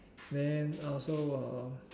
then I also will